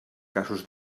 casos